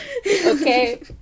Okay